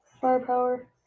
Firepower